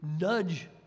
nudge